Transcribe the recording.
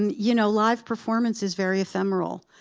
and you know, live performance is very ephemeral.